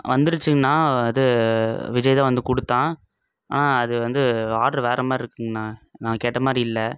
வந்துருச்சுங்ணா இது விஜய் தான் வந்து கொடுத்தான் ஆனால் அது வந்து ஆர்டர் வேற மாரிருக்குங்ணா நான் கேட்ட மாதிரி இல்லை